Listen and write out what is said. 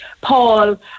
Paul